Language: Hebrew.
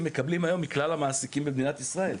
מקבלים היום מכלל המעסיקים במדינת ישראל.